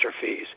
fees